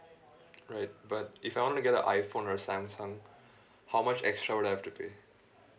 alright but if I want to get the iphone or a samsung how much extra would I have to pay